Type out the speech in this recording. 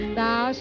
thou